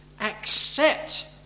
accept